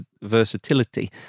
versatility